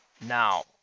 Now